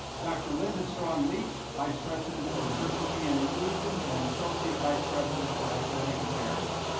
dr. linda strong-leek vice president for diversity and inclusion and associate vice president for academic affairs.